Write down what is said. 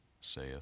saith